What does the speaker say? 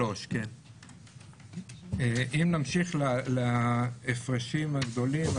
אם נמשיך להפרשים הגדולים,